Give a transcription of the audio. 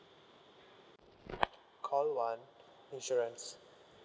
call one insurance